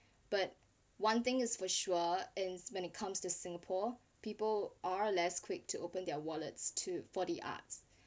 but one thing is for sure and when it comes to singapore people are less quick to open their wallets to for the arts